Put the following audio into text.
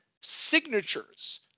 signatures